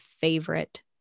favorite